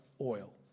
oil